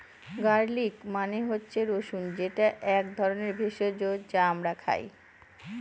garlic মানে হচ্ছে রসুন যেটা এক ধরনের ভেষজ যা আমরা খাই